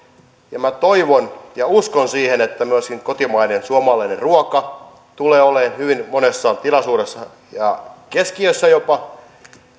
ja minä toivon ja uskon siihen että myöskin kotimainen suomalainen ruoka tulee olemaan hyvin monessa tilaisuudessa ja jopa